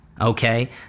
okay